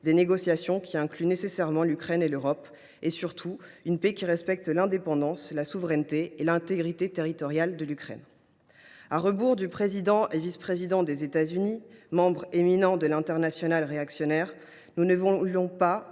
des négociations qui incluent nécessairement l’Ukraine et l’Europe et surtout, une paix qui respecte l’indépendance, la souveraineté et l’intégrité territoriale de l’Ukraine. À la différence du président et du vice président des États Unis, membres éminents de l’internationale réactionnaire, nous ne voulons pas